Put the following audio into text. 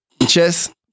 Chess